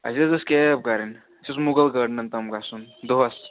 اَسہِ حظ ٲسۍ کیب کَرٕنۍ اَسہِ اوس مُغل گاڑنَن تام گَژھُن دۅہَس